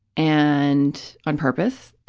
and, on purpose,